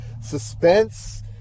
suspense